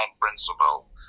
principle